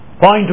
Point